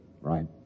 Right